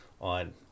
on